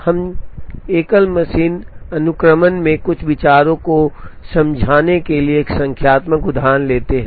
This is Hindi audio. हम एकल मशीन अनुक्रमण में कुछ विचारों को समझाने के लिए एक संख्यात्मक उदाहरण लेते हैं